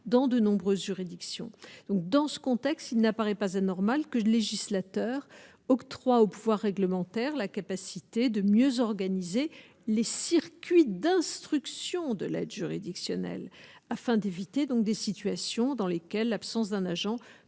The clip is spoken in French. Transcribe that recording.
dans de nombreuses juridictions donc dans ce contexte, il n'apparaît pas anormal que j'législateur octroie aux pouvoirs réglementaires, la capacité de mieux organiser les circuits d'instruction de l'aide juridictionnelle afin d'éviter, donc des situations dans lesquelles l'absence d'un agent